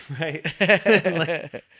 right